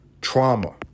trauma